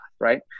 Right